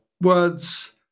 words